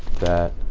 that.